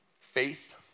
faith